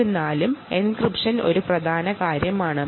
എന്നിരുന്നാലും എൻക്രിപ്ഷൻ ഒരു പ്രധാന കാര്യമാണ്